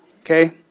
okay